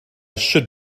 should